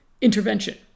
intervention